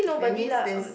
that means there's